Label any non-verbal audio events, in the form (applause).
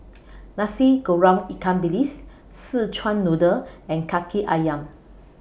(noise) Nasi Goreng Ikan Bilis Szechuan Noodle and Kaki Ayam